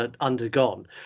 undergone